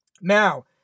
Now